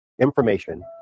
Information